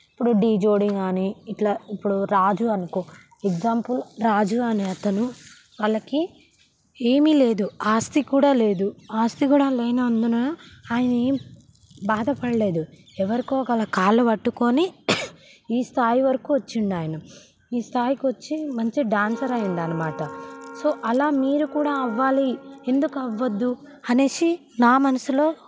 ఇప్పుడు ఢీ జోడి కానీ ఇట్లా ఇప్పుడు రాజు అనుకో ఎగ్జాంపుల్ రాజు అనే అతను వాళ్లకి ఏమీ లేదు ఆస్తి కూడా లేదు ఆస్తి కూడా లేనందున ఆయి ఏం బాధపడలేదు ఎవరికో గల కాళ్ళు పట్టుకొని ఈ స్థాయి వరకు వచ్చిండు ఆయన ఈ స్థాయికి వచ్చి మంచి డాన్సర్ అయ్యిండు అనమాట సో అలా మీరు కూడా అవ్వాలి ఎందుకు అవ్వద్దు అనేసి నా మనసులో